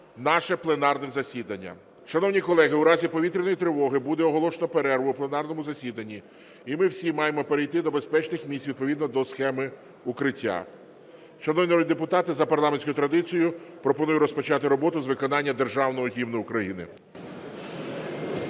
нашої держави. Шановні колеги, у разі повітряної тривоги буде оголошено перерву в пленарному засіданні і ми всі маємо перейти до безпечних місць відповідно до схеми укриття. Шановні народні депутати, за парламентською традицією пропоную розпочати роботу з виконання Державного Гімну України.